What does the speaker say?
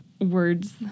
words